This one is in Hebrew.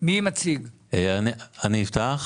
אני אפתח.